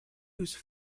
whose